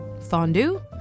Fondue